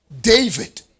David